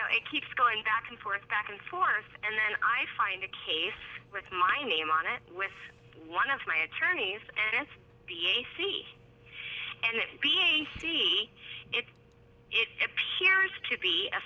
know it keeps going back and forth back and forth and then i find a case with my name on it with one of my attorneys and it's v a c and them being see it's v appears to